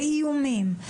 לאיומים,